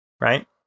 right